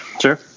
Sure